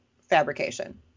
fabrication